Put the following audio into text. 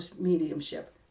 mediumship